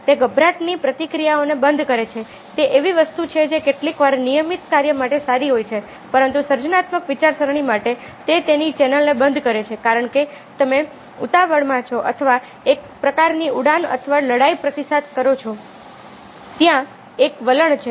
તે ગભરાટની પ્રતિક્રિયાઓને બંધ કરે છે તે એવી વસ્તુ છે જે કેટલીકવાર નિયમિત કાર્ય માટે સારી હોય છે પરંતુ સર્જનાત્મક વિચારસરણી માટે તે તેની ચેનલને બંધ કરે છે કારણ કે તમે ઉતાવળમાં છો અથવા એક પ્રકારની ઉડાન અથવા લડાઈ પ્રતિસાદ છે ત્યાં એક વલણ છે